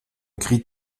cri